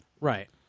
Right